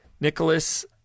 Nicholas